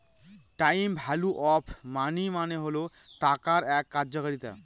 time value of money মানে হল টাকার এক কার্যকারিতা